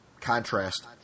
contrast